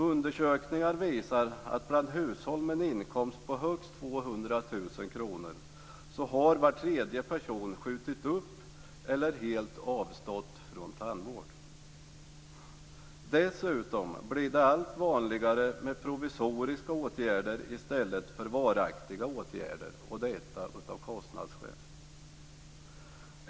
Undersökningar visar att bland hushåll med en inkomst på högst 200 000 kr har var tredje person skjutit upp eller helt avstått från tandvård. Dessutom blir det allt vanligare med provisoriska åtgärder i stället för varaktiga - och detta av kostnadsskäl.